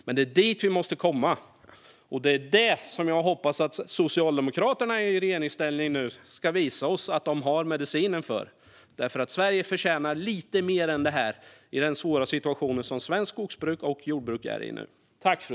Men det är dit vi måste komma, och jag hoppas att Socialdemokraterna i regeringsställning nu ska visa oss att de har medicinen för detta. Sverige förtjänar lite mer än det här i den svåra situation som svenskt skogsbruk och jordbruk är i nu.